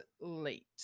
late